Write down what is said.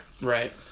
Right